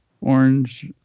Orange